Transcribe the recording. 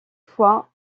fois